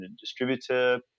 distributor